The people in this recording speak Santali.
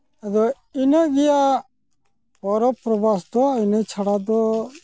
ᱟᱡᱚ ᱤᱱᱟᱹ ᱜᱮᱭᱟ ᱯᱚᱨᱚᱵᱽ ᱯᱚᱨᱵᱟᱥ ᱫᱚ ᱤᱱᱟᱹ ᱪᱷᱟᱲᱟ ᱫᱚ